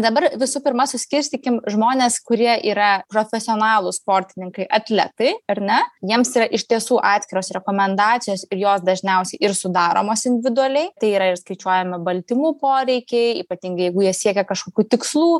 dabar visų pirma suskirstykim žmones kurie yra profesionalūs sportininkai atletai ar ne jiems yra iš tiesų atskiros rekomendacijos ir jos dažniausiai ir sudaromos individualiai tai yra ir skaičiuojami baltymų poreikiai ypatingai jeigu jie siekia kažkokių tikslų